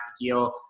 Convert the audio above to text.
deal